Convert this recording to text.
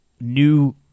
new